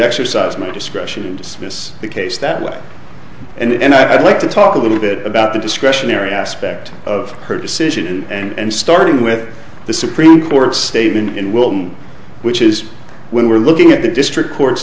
exercise my discretion and miss the case that way and i'd like to talk a little bit about the discretionary aspect of her decision and starting with the supreme court statement and will which is when we're looking at the district court's